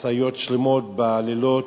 משאיות שלמות, בלילות,